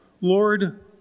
Lord